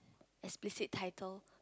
explicit title